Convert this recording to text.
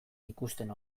ikusten